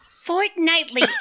Fortnightly